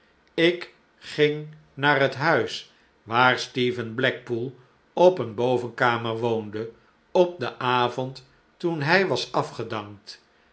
ik ging naar het huis waar stephen blackpool op een bovenkamer woonde op den avond toen hij was afgedankt